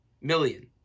million